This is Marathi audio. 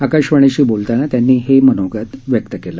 आकाशवाणीशी बोलताना त्यांनी हे मनोगत व्यक्त केलं